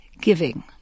giving